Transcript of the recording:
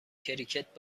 کریکت